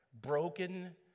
broken